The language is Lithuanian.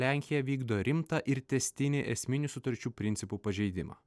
lenkija vykdo rimtą ir tęstinį esminių sutarčių principų pažeidimą